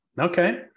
Okay